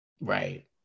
right